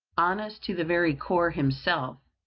honest to the very core himself,